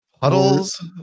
Puddles